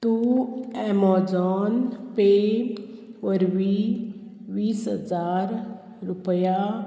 तूं Amazon pay वरवीं वीस हजार रुपया